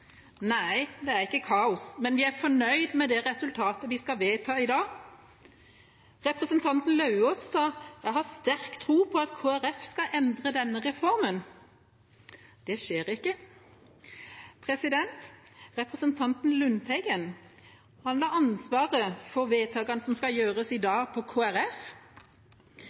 Nei, det er ikke kaos, men vi er fornøyd med det resultatet vi skal vedta i dag, var svaret. Representanten Lauvås sa: Jeg har sterk tro på at Kristelig Folkeparti skal endre denne reformen. Det skjer ikke. Representanten Lundteigen la ansvaret for vedtakene som skal gjøres i dag, på